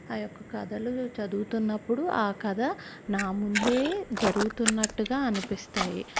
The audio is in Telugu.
ఆ యొక్క కథలు చదువుతున్నప్పుడు ఆ కథ నా ముందే జరుగుతున్నట్టుగా అనిపిస్తాయి